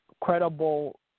credible